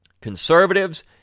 Conservatives